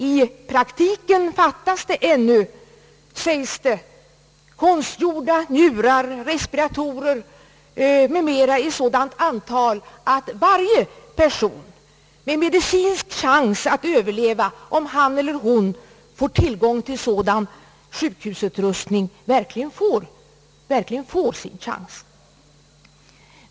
I praktiken fattas det ännu, sägs det, konstgjorda njurar, respiratorer m.m. i sådant antal att varje person med medicinsk möjlighet att överleva, om han eller hon får tillgång till sådan sjukhusutrustning, verkligen kan få sin chans.